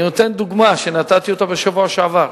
אני נותן דוגמה שנתתי בשבוע שעבר.